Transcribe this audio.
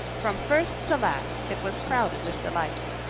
from first to last it was crowded with delights.